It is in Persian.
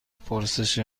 پرسش